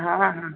हाँ हाँ हाँ